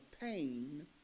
pain